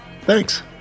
Thanks